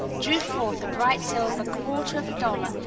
drew forth a bright silver quarter of a dollar,